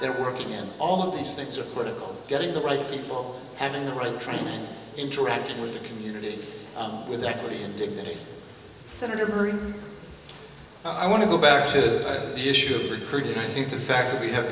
they're working in all of these things are critical getting the right people having the right training interacting with the community with equity and dignity senator kerry i want to go back to the issue of the caribbean i think the fact that we have